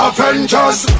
Avengers